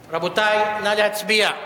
רבותי, נא להצביע.